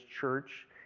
Church